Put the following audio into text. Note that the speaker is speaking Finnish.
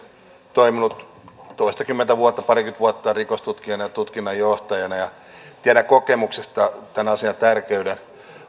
toiminut toistakymmentä vuotta parikymmentä vuotta rikostutkijana ja tutkinnanjohtajana ja tiedän kokemuksesta tämän asian tärkeyden